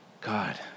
God